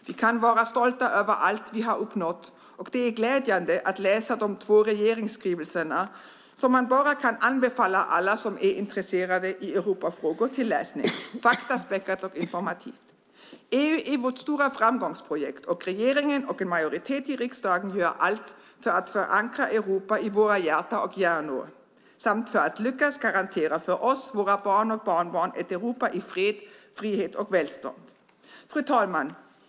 Vi kan vara stolta över allt vi har uppnått, och det är glädjande att läsa de två regeringsskrivelserna, som man bara kan anbefalla alla som är intresserade av Europafrågor till läsning - faktaspäckat och informativt. EU är vårt stora framgångsprojekt, och regeringen och en majoritet i riksdagen gör allt för att förankra Europa i våra hjärtan och hjärnor samt för att lyckas garantera oss, våra barn och barnbarn ett Europa i fred, frihet och välstånd. Fru talman!